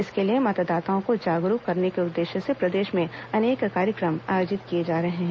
इसके लिए मतदाताओं को जागरूक करने के उद्देश्य से प्रदेश में अनेक कार्यक्रम आयोजित किए जा रहे हैं